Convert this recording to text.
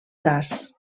braç